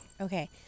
Okay